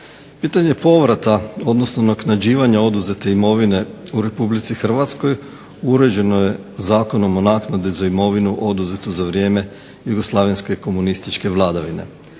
Pitanje povrata odnosno naknađivanja oduzete imovine u Republici Hrvatskoj uređeno je Zakonom o naknadi za imovinu oduzetu za vrijeme jugoslavenske komunističke vladavine.